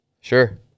Sure